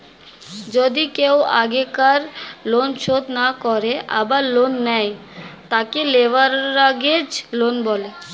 যদি কেও আগেকার লোন শোধ না করে আবার লোন নেয়, তাকে লেভেরাগেজ লোন বলে